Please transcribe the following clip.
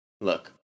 look